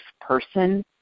person